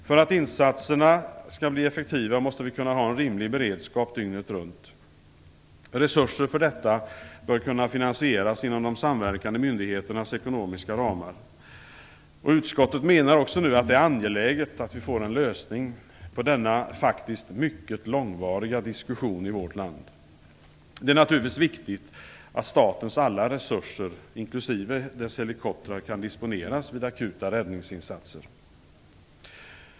För att insatserna skall bli effektiva måste vi kunna ha en rimlig beredskap dygnet runt. Resurser för detta bör kunna finansieras genom de samverkande myndigheternas ekonomiska ramar. Utskottet menar också att det angeläget att vi får en lösning på denna faktiskt mycket långvariga diskussion i vårt land. Det är naturligtvis viktigt att statens alla resurser, inklusive dess helikoptrar, kan disponeras vid akuta räddningsinsatser.